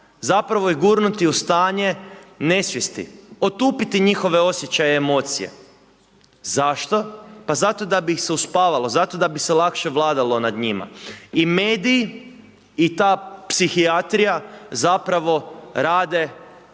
zapravo ih gurnuti u stanje nesvijesti. Otupiti njihove osjećaje i emocije. Zašto? Pa zato da bi ih se uspavalo, zato da bi se lakše vladalo nad njima. I mediji i ta psihijatrija zapravo rade